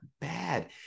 bad